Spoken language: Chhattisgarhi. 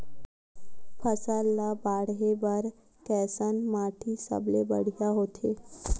फसल ला बाढ़े बर कैसन माटी सबले बढ़िया होथे?